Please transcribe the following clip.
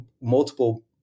multiple